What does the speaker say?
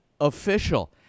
official